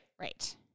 right